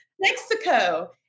Mexico